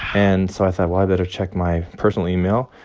and so i thought, well, i better check my personal email.